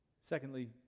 Secondly